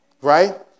Right